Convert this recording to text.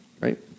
Right